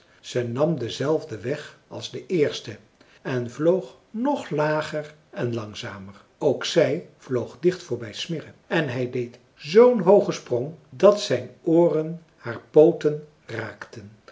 ze nam denzelfden weg als de eerste en vloog nog lager en langzamer ook zij vloog dicht voorbij smirre en hij deed zoo'n hoogen sprong dat zijn ooren haar pooten raakten